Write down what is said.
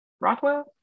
Rothwell